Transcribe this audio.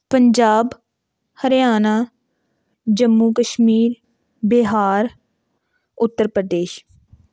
Punjab Haryana Jammu Kashmir Bihar Uttar Pradesh